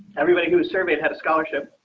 everybody who's surveyed had a scholarship